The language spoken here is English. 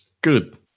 Good